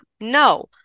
No